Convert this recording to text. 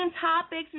topics